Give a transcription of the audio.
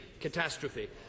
catastrophe